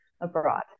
abroad